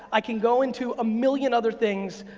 i can go into a million other things,